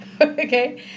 Okay